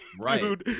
right